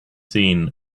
seen